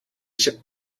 ship